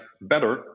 better